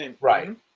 Right